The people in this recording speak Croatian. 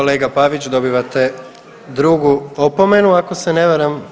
Kolega Pavić dobivate drugu opomenu ako se ne varam.